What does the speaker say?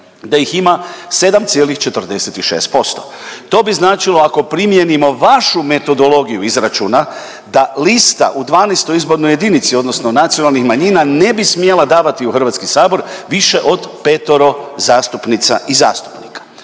da ih ima 7,46%. To bi značilo ako primijenimo vašu metodologiju izračuna da lista u 12. izbornoj jedinici odnosno nacionalnih manjina ne bi smjela davati u Hrvatski sabor više od petero zastupnica i zastupnika.